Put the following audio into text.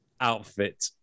Outfit